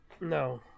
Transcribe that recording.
no